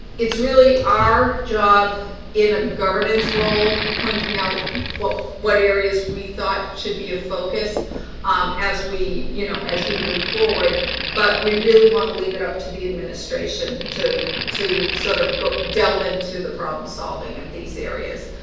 it's really our job in a governance role pointing out what what areas we thought should be a focus um as we you know, as we move forward but we really want to leave it up to the administration to to sort of go delve into the problem solving of these areas